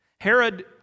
Herod